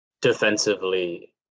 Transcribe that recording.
defensively